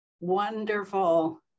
Wonderful